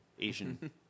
Asian